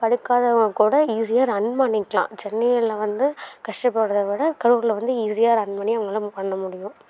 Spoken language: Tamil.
படிக்காதவங்ககூட ஈசியா ரன் பண்ணிக்லாம் சென்னையில் வந்து கஷ்டப்படுறதவிட கரூரில் வந்து ஈஸியா ரன் பண்ணி அவங்கனால மூவ் பண்ண முடியும்